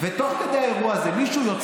מה אני אמרתי?